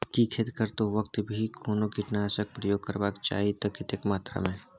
की खेत करैतो वक्त भी कोनो कीटनासक प्रयोग करबाक चाही त कतेक मात्रा में?